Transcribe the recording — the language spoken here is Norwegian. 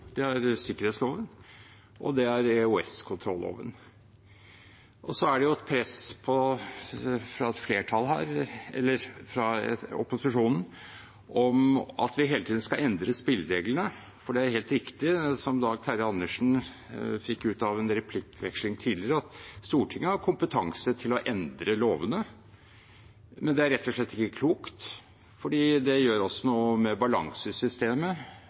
Det er sikkerhetsloven, og det er EOS-kontrolloven. Så er det her et press fra opposisjonen om at vi hele tiden skal endre spillereglene, for det er helt riktig, det som Dag Terje Andersen fikk ut av en replikkveksling tidligere, at Stortinget har kompetanse til å endre lovene. Men det er rett og slett ikke klokt, for det gjør også noe med balansesystemet